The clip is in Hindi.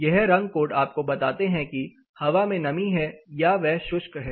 यह रंग कोड आपको बताते हैं कि हवा में नमी है या वह शुष्क है